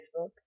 Facebook